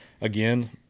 Again